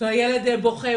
ילד בוכה,